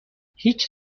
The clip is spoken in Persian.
هیچ